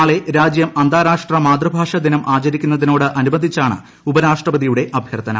നാളെ രാജ്യം അന്താരാഷ്ട്ര മാതൃഭാഷാ ദിനം ആചരിക്കുന്നതിനോട് അനുബന്ധിച്ചാണ് ഉപരാഷ്ട്രപതിയുടെ അഭ്യർത്ഥന